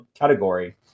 category